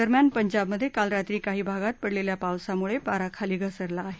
दरम्यान पंजाबमधे काल रात्री काही भागात पडलेल्या पावसामुळे पारा खाली घसरला आहे